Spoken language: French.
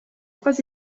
trois